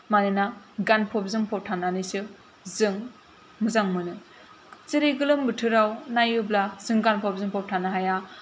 मानोना गानफब जोमफब थानानैसो जों मोजां मोनो जेरै गोलोम बोथोराव नायोब्ला जों गानफब जोमफब थानो हाया